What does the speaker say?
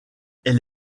elle